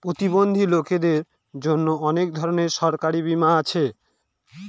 প্রতিবন্ধী লোকদের জন্য অনেক ধরনের সরকারি বীমা আছে